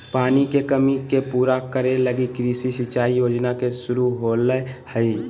पानी के कमी के पूरा करे लगी कृषि सिंचाई योजना के शुरू होलय हइ